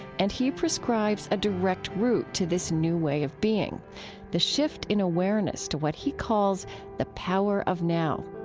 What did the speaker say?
and he prescribes a direct route to this new way of being the shift in awareness to what he calls the power of now.